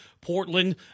Portland